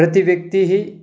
प्रतिव्यक्तिः